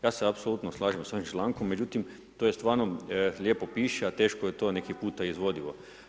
Ja se apsolutno slažem sa ovim člankom, međutim to stvarno lijepo piše a teško je to neki puta izvodivo.